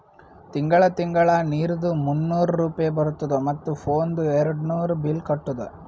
ತಿಂಗಳ ತಿಂಗಳಾ ನೀರ್ದು ಮೂನ್ನೂರ್ ರೂಪೆ ಬರ್ತುದ ಮತ್ತ ಫೋನ್ದು ಏರ್ಡ್ನೂರ್ ಬಿಲ್ ಕಟ್ಟುದ